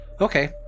Okay